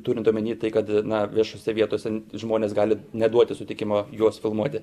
turint omenyj tai kad na viešose vietose žmonės gali neduoti sutikimo juos filmuoti